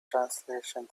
translation